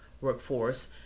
workforce